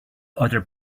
other